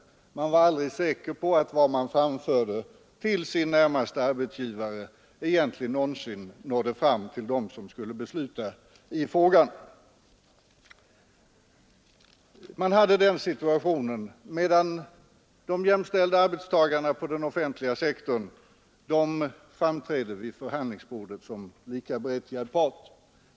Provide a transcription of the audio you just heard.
Den anställde var aldrig säker på att vad han framförde till sin närmaste arbetsgivare någonsin nådde fram till dem som skulle besluta i frågan. Sådan var de offentliganställdas situation, medan de jämställda arbetstagarna på den privata sektorn trädde fram till förhandlingsbordet som likaberättigade parter.